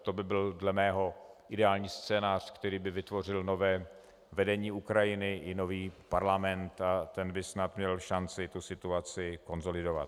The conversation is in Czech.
To by byl dle mého ideální scénář, který by vytvořil nové vedení Ukrajiny i nový parlament, který by snad měl šanci situaci konsolidovat.